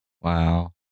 Wow